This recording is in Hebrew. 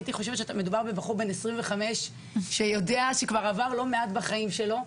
הייתי חושבת שמדובר בבחור בן 25 שיודע ועבר כבר לא מעט בחיים שלו.